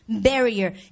Barrier